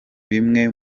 bimwe